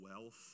wealth